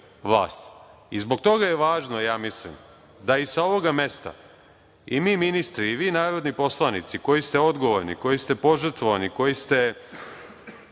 i zbog toga je važno, ja mislim, da i sa ovoga mesta i mi ministri i vi narodni poslanici, koji ste odgovorni, koji ste požrtvovani, koji ste